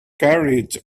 carriage